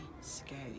scary